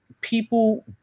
people